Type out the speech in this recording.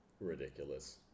ridiculous